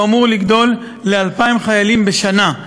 והוא אמור לגדול ל-2,000 חיילים בשנה,